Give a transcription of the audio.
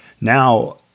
now